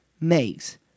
makes